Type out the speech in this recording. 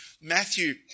Matthew